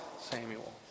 Samuel